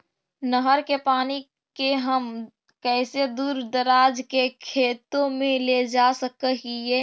नहर के पानी के हम कैसे दुर दराज के खेतों में ले जा सक हिय?